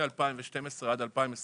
מ-2012 עד 2021